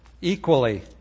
equally